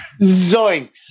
Zoinks